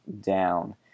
down